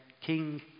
King